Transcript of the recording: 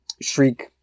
shriek